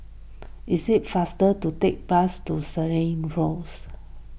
is it faster to take the bus to Segar Rose